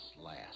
last